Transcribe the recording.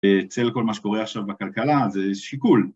אצל כל מה שקורה עכשיו בכלכלה זה שיקול